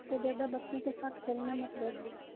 इसको ज्यादा बच्चों के साथ खेलने मत भेजिए